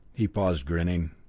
he paused, grinning.